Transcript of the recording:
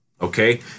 okay